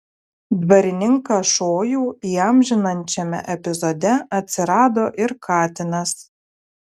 dvarininką šojų įamžinančiame epizode atsirado ir katinas